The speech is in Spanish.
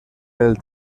del